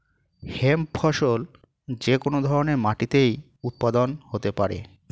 hemp ফসল যে কোন ধরনের মাটিতে উৎপাদন হতে পারে